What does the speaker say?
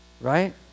right